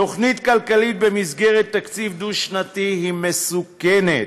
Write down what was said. תוכנית כלכלית במסגרת תקציב דו-שנתי היא מסוכנת.